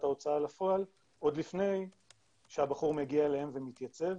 ההוצאה לפועל עוד לפני שהבחור מגיע אליהם ומתייצב.